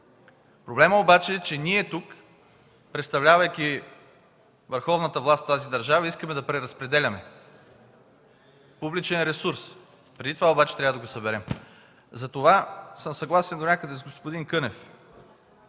Проблемът обаче е, че ние тук, представлявайки върховната власт в тази държава, искаме да преразпределяме публичен ресурс. Преди това обаче трябва да го съберем. Затова съм съгласен донякъде с господин Кънев.